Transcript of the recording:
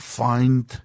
find